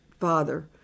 Father